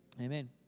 amen